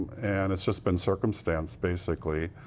and it's just been circumstance basically.